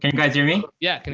guys hear me? yeah. like and